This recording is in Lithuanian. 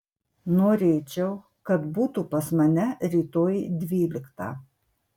norėčiau kad būtų pas mane rytoj dvyliktą